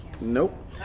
Nope